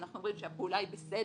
אנחנו אומרים שהפעולה היא בסדר,